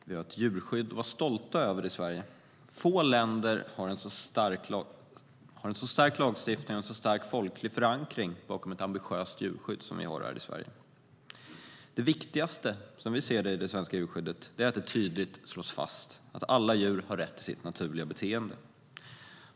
Fru talman! Vi har ett djurskydd att vara stolta över i Sverige. Få länder har en så stark lagstiftning och en så stark folklig förankring bakom ett ambitiöst djurskydd som vi har här i Sverige.Vi anser att det viktigaste i det svenska djurskyddet är att det tydligt slås fast att alla djur har rätt till sitt naturliga beteende.